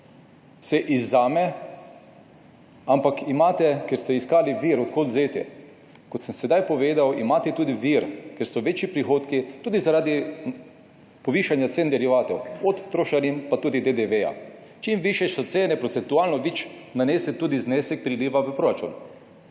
se dohodnina izvzame. Ker ste iskali vir, od kod vzeti, sem sedaj povedal, da imate tudi vir, ker so večji prihodki tudi zaradi povišanja cen derivatov, od trošarin pa tudi DDV. Čim višje so cene, procentualno več nanese tudi znesek priliva v proračun.